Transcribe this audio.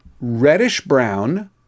reddish-brown